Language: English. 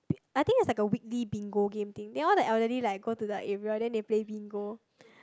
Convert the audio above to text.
I think it's like a weekly bingo game thing then all the elderly like go to the area then they play bingo